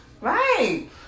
Right